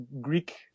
Greek